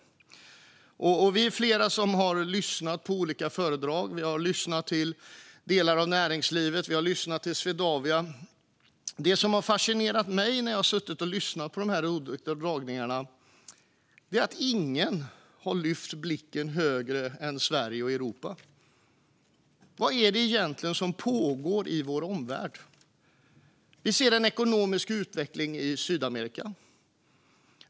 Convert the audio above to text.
Vi är flera som har lyssnat på olika föredrag. Vi har lyssnat till delar av näringslivet. Vi har lyssnat till Swedavia. Det som har fascinerat mig när jag har suttit och lyssnat på de här dragningarna är att ingen har lyft blicken högre än Sverige och Europa. Vad är det egentligen som pågår i vår omvärld? Vi ser en ekonomisk utveckling i Sydamerika.